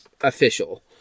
official